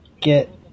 get